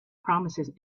promises